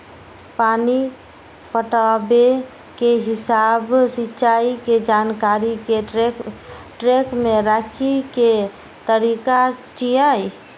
पानि पटाबै के हिसाब सिंचाइ के जानकारी कें ट्रैक मे राखै के तरीका छियै